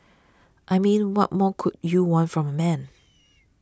I mean what more could you want from a man